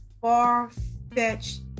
far-fetched